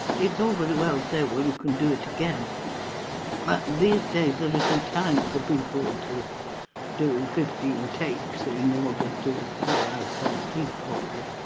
it's all very well to say well you can do it again but these days there isn't time for people to do fifteen takes in order to pour out a cup of tea properly.